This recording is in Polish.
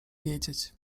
wiedzieć